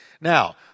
Now